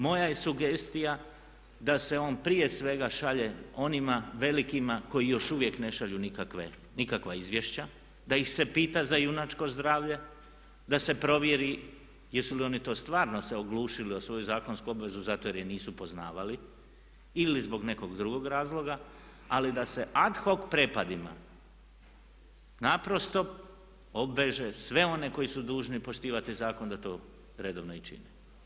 Moja je sugestija da se on prije svega šalje onima velikima koji još uvijek ne šalju nikakva izvješća, da ih se pita za junačko zdravlje, da se provjeri jesu li oni to stvarno se oglušili o svoju zakonsku obvezu zato jer je nisu poznavali ili zbog nekog drugog razloga ali da se ad hoc prepadima naprosto obveže sve one koji su dužni poštivati zakon da to redovno i čine.